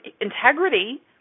integrity